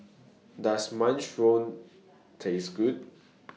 Does Minestrone Taste Good